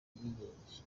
ubwigenge